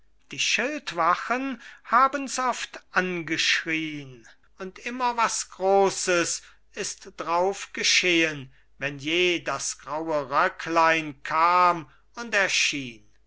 die schildwachen habens oft angeschrien und immer was großes ist drauf geschehen wenn je das graue röcklein kam und erschien